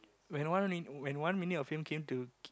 when one when one minute of fame came to k~